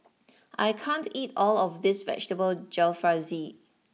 I can't eat all of this Vegetable Jalfrezi